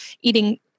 eating